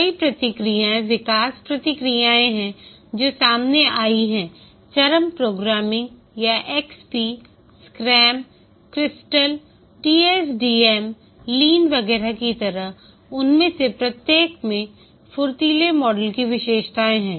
कई प्रक्रियाएँ विकास प्रक्रियाएँ हैं जो सामने आई हैं चरम प्रोग्रामिंग या XP scrum crystal DSDM lean वगैरह की तरह उनमें से प्रत्येक में फुर्तीले मॉडल की विशेषताएं हैं